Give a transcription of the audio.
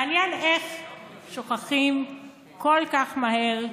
מעניין איך שוכחים כל כך מהר,